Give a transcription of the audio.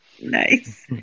Nice